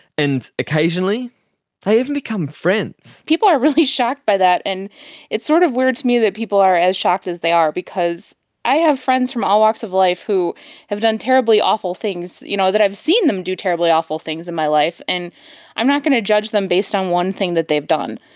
and occasionally they even become friends. people are really shocked by that, and it's sort of weird to me that people are as shocked as they are, because i have friends from all walks of life who have done terribly awful things, you know i've seen them do terribly awful things in my life, and i'm not going to judge them based on one thing that they've done.